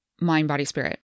mind-body-spirit